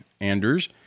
Anders